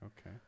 okay